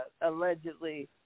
allegedly